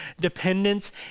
dependence